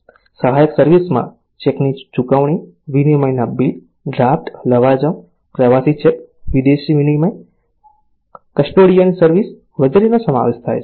સહાયક સર્વિસ માં ચેકની ચુકવણી વિનિમયના બિલ ડ્રાફ્ટ લવાજમ પ્રવાસી ચેક વિદેશી વિનિમય કસ્ટોડિયન સર્વિસ વગેરેનો સમાવેશ થાય છે